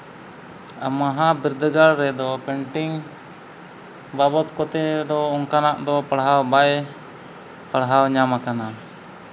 ᱢᱚᱦᱟ ᱵᱤᱨᱫᱟᱹᱜᱟᱲ ᱨᱮᱫᱚ ᱯᱮᱹᱱᱴᱤᱝ ᱵᱟᱵᱚᱫᱽ ᱠᱚᱛᱮ ᱫᱚ ᱚᱱᱠᱟᱱᱟᱜ ᱫᱚ ᱯᱟᱲᱦᱟᱣ ᱵᱟᱭ ᱯᱟᱲᱦᱟᱣ ᱧᱟᱢ ᱠᱟᱱᱟ